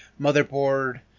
motherboard